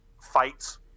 fights